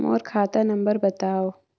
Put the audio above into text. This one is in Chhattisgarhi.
मोर खाता नम्बर बताव?